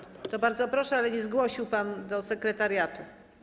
To bardzo proszę, ale nie zgłosił pan do sekretariatu.